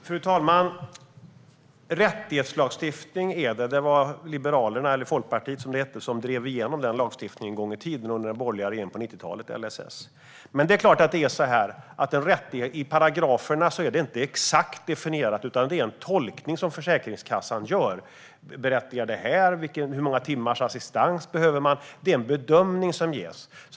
Fru talman! Det var Liberalerna, eller Folkpartiet som det då hette, som drev igenom rättighetslagstiftningen LSS under den borgerliga regeringen på 90-talet. I paragraferna är det inte exakt definierat, utan det är en tolkning som Försäkringskassan gör, vad som berättigar assistans och hur många timmar assistans man behöver. Det är en bedömning som görs.